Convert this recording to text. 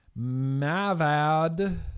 Mavad